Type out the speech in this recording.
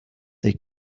they